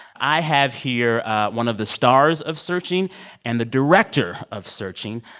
i have here one of the stars of searching and the director of searching,